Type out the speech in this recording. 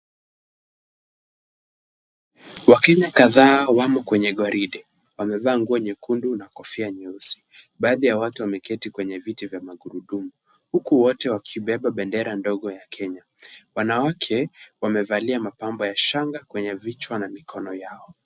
Wakenya kadhaa wamo kwenye gwaride. Wamevaa nguo nyekundu na kofia nyeusi. Baadhi yao wameketi kwenye viti vya magurudumu, huku wote wakibeba bendera ndogo ya Kenya. Wanawake wamevalia mapambo ya shanga kwenye vichwa na mikono yao.